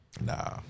Nah